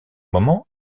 moment